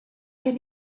gen